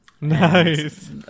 Nice